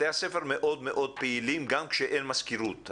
בתי הספר מאוד מאוד פעילים גם כשאין מזכירות.